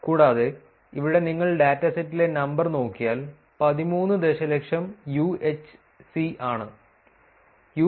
കൂടാതെ ഇവിടെ നിങ്ങൾ ഡാറ്റാസെറ്റിലെ നമ്പർ നോക്കിയാൽ 13 ദശലക്ഷം UHC ആണ്